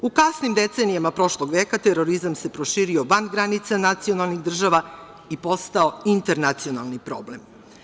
U kasnim decenijama prošlog veka terorizam se proširio van granica nacionalnih država i postao internacionalni problem.